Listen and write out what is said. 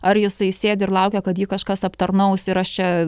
ar jisai sėdi ir laukia kad jį kažkas aptarnaus ir aš čia